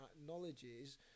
acknowledges